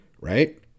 right